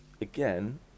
again